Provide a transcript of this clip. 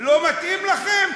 לא מתאים לכם?